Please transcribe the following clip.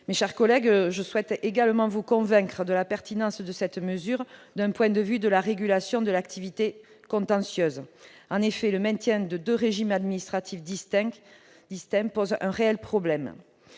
Mes chers collègues, je souhaite également vous convaincre de la pertinence de cette mesure du point de vue de la régulation de l'activité contentieuse. En effet, le maintien de deux régimes administratifs distincts pose un réel problème.